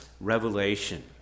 revelation